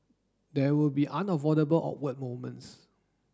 there will be unavoidable awkward moments